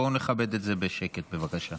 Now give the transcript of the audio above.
בואו נכבד את זה בשקט בבקשה.